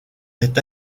est